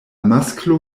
masklo